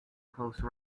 close